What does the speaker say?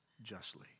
justly